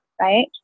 right